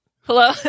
Hello